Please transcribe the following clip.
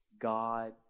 God